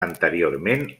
anteriorment